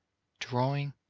drawing,